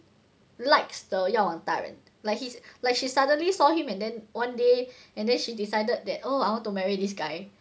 likes the 那种 like he's like she suddenly saw him and then one day and then she decided that oh I want to marry this guy